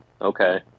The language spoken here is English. Okay